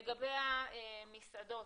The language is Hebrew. לגבי המסעדות,